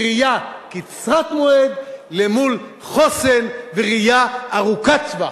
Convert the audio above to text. היא ראייה קצרת מועד למול חוסן וראייה ארוכת טווח.